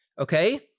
Okay